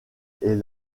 est